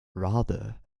rather